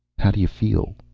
how do you feel?